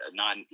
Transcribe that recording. non